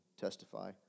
testify